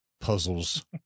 puzzles